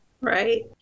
Right